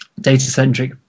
data-centric